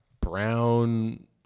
brown